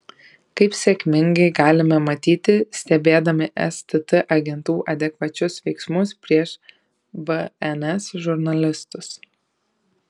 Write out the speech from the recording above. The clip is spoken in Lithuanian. kaip sėkmingai galime matyti stebėdami stt agentų adekvačius veiksmus prieš bns žurnalistus